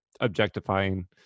objectifying